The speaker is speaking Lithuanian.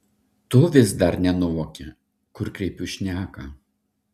tu vis dar nenuvoki kur kreipiu šneką